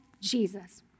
Jesus